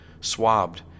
swabbed